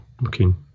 looking